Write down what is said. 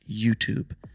YouTube